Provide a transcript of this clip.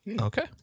Okay